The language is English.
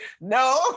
No